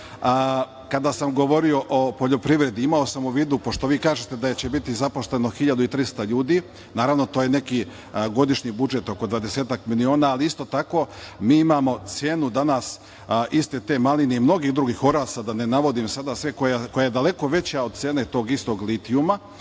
kada sam govorio o poljoprivredi, imao sam u vidu, pošto vi kažete da će biti zaposleno 1.300 ljudi, naravno, to je neki godišnji budžet od 20 miliona, ali isto tako mi imamo cenu dana iste te maline i mnogih drugih oraha, da ne navodim sve, a koja je daleko veća od cene tog istog litijuma,